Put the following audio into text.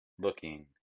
looking